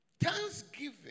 Thanksgiving